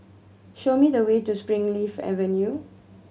show me the way to Springleaf Avenue